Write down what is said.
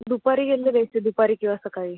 दुपारी गेलं तर बेस्ट आहे दुपारी किंवा सकाळी